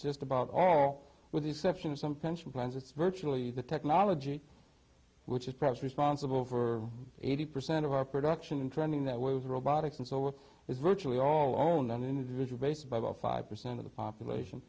just about all with the exception of some pension plans it's virtually the technology which is perhaps responsible for eighty percent of our production and trending that way with robotics and so it is virtually all on an individual basis by about five percent of the population